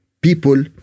people